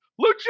Lucha